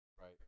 Right